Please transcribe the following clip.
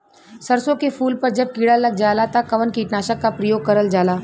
सरसो के फूल पर जब किड़ा लग जाला त कवन कीटनाशक क प्रयोग करल जाला?